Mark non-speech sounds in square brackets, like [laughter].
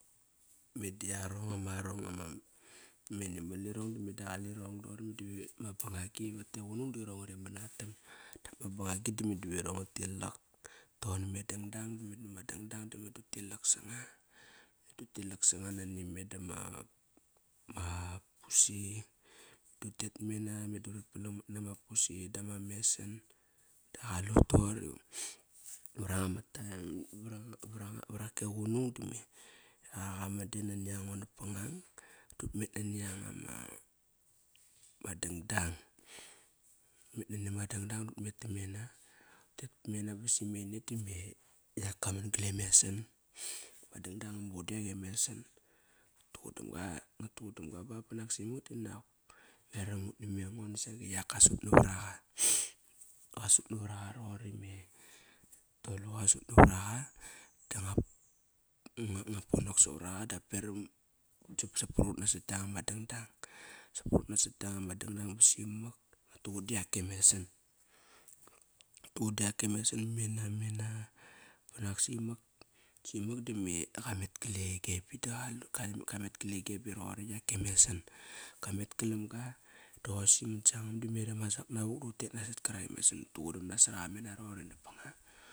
Meda yarong ama arong amam animal irong da meda qalirong dori di vama bangagi, vat e qunung dirong ngari manatam Dap ma bangagi da meda va irong nga tilak, toqor name dangdang. Dangdang meda me dangdang dame du utilak sanga. Dut tilak sanga nani me dama ma, ma pusi, dut tet mam mena, meda urit palang mat nama pusi dama mesan Da qalut toqori, mar anga ma taem [hesitation] varake qunung dame eqa qaman de naniango napangang dut met nani anga ma ma dangdang Ut met nani ama dangdang, dut met tamena. Utet mamena ba sim mene dime yaka man gale mesan Madangdang nga muqun diak e mesan Ngat tuqudamga, ngat tuqudamga bap banak si eingo danak veram mut navar aqa Qa sut navar aqa roqori me Tolu qa sut navaraqo da ngua, ngua ponok savar aqa dap peram sapsap prut nasot kianga ma dangdang Sap prut nasot kianga madangdang ba simak. Nga tuqun diak e mesan Ngat tuqud diak e mesan mamena mena banak simak Simak dime e qa qamet gale Gebbi da [hesitation] qamet gale Gebbi roqori yake mesan kamet galam ga doqosi mat sangam dame enemas ak navuk dut tet nasat karak e messan. But tuqud am nasoraqa mamena menaroqori napangang.